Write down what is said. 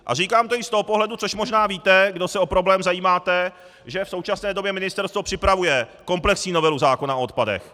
A říkám to i z toho pohledu, což možná víte, kdo se o problém zajímáte, že v současné době ministerstvo připravuje komplexní novelu zákona o odpadech.